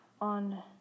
on